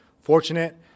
fortunate